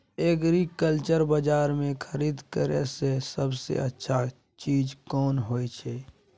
Agriculture बाजार में खरीद करे से सबसे अच्छा चीज कोन होय छै?